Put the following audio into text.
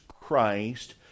Christ